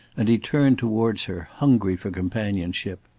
and he turned towards her hungry for companionship.